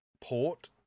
port